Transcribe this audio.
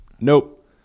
nope